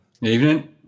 Evening